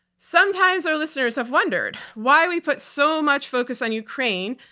sometimes our listeners have wondered why we put so much focus on ukraine,